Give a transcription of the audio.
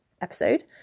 episode